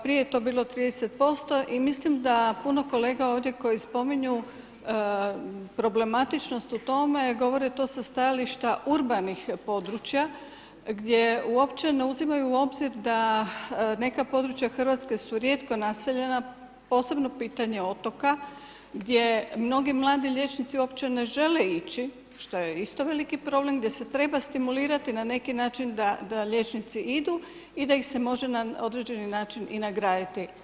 Prije je to bilo 30% i mislim da puno kolega ovdje koji spominju problematičnost u tome, govore to sa stajališta urbanih područja gdje uopće ne uzimaju u obzir da neka područja Hrvatske su rijeko naseljena posebno pitanje otoka gdje mnogi mladi liječnici uopće ne žele ići što je isto veliki problem, gdje se treba stimulirati na neki način da liječnici idu i da ih se može na određeni način i nagraditi.